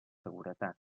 seguretat